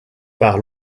par